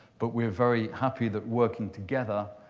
but we're very happy that working together,